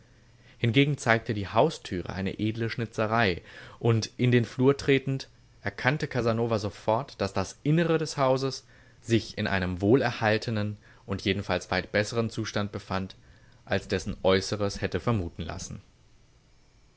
hingegen zeigte die haustüre eine edle schnitzerei und in den flur tretend erkannte casanova sofort daß das innere des hauses sich in einem wohlerhaltenen und jedenfalls weit bessern zustand befand als dessen äußres hätte vermuten lassen